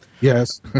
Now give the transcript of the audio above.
Yes